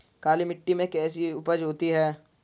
काली मिट्टी में कैसी उपज होती है?